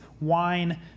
wine